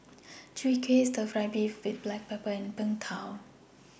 Chwee Kueh Stir Fried Beef with Black Pepper and Png Tao